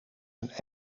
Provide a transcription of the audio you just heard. een